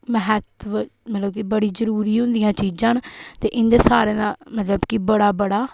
म्हत्तव मतलब कि बड़ी जरूरी होंदियां चीजां न ते इंदा सारें दा मतलब कि बड़ा बड़ा